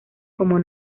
como